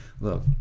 Look